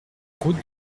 route